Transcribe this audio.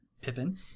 Pippin